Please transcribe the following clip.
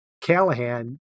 callahan